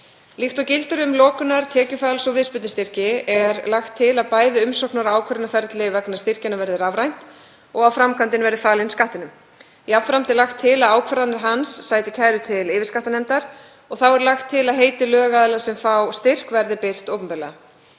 Líkt og gildir um lokunar-, tekjufalls- og viðspyrnustyrki er lagt til að bæði umsóknar- og ákvörðunarferlið vegna styrkjanna verði rafrænt og að framkvæmdin verði falin Skattinum. Jafnframt er lagt til að ákvarðanir hans sæti kæru til yfirskattanefndar og þá er lagt til að heiti lögaðila sem fá styrk verði birt opinberlega.